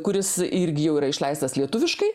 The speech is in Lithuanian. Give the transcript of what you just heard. kuris irgi jau yra išleistas lietuviškai